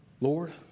Lord